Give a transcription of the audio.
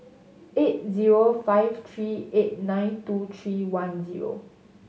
eight zero five three eight nine two three one zero